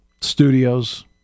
studios